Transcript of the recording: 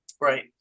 right